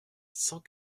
cent